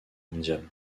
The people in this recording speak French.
mondiale